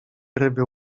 ryby